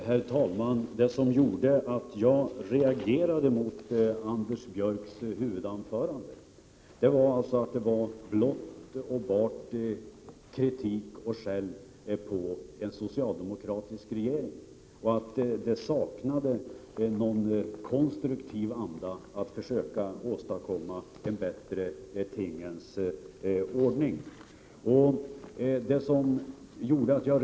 Herr talman! Det som gjorde att jag reagerade mot Anders Björcks huvudanförande var att det innehöll blott och bart kritik och skäll på en socialdemokratisk regering och att det saknade en konstruktiv anda att försöka åstadkomma en bättre tingens ordning.